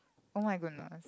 oh-my-goodness